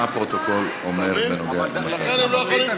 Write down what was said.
מה הפרוטוקול אומר בנוגע למצב הזה?